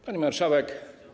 Pani Marszałek!